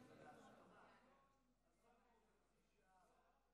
מדבר אחד אי-אפשר להתעלם,